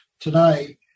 today